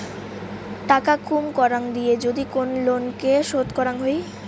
টাকা কুম করাং দিয়ে যদি কোন লোনকে শোধ করাং হই